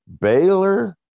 Baylor